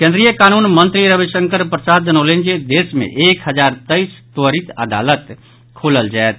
केन्द्रीय कानून मंत्री रविशंकर प्रसाद जनौलनि जे देश मे एक हजार तेइस त्वरित अदालत खोलल जायत